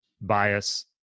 bias